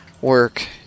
work